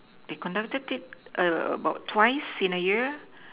they conducted it err about twice in a year